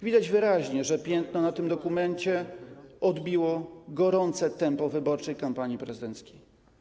Widać wyraźnie, że piętno na tym dokumencie odcisnęło gorące tempo wyborczej kampanii prezydenckiej.